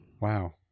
Wow